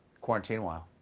quarantine-while,